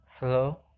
Hello